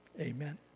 Amen